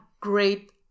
great